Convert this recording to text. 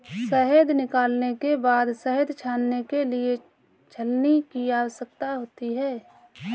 शहद निकालने के बाद शहद छानने के लिए छलनी की आवश्यकता होती है